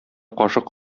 кашык